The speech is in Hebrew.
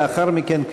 ולאחר מכן,